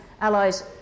allies